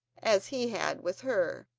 as he had with her.